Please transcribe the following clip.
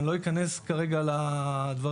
אני לא אכנס כרגע לדברים,